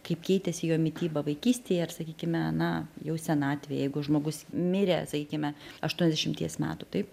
kaip keitėsi jo mityba vaikystėj ar sakykime na jau senatvėj jeigu žmogus mirė sakykime aštuoniasdešimties metų taip